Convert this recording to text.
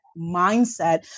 mindset